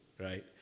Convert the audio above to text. right